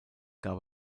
gab